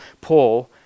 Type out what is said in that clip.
Paul